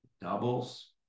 Doubles